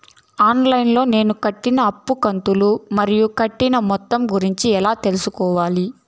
On line లో నేను కట్టిన అప్పు కంతులు మరియు కట్టిన మొత్తం గురించి ఎలా తెలుసుకోవాలి?